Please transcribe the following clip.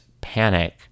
panic